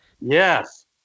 Yes